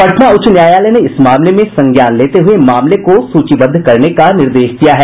पटना उच्च न्यायालय ने इस मामले में संज्ञान लेते हुये मामले को सूचीबद्ध करने का निर्देश दिया है